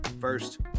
First